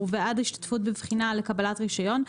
ובעד השתתפות בבחינה לקבלת רישיון,